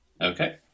Okay